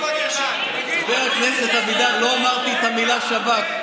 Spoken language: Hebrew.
חבר הכנסת אבידר, לא אמרתי את המילה שב"כ.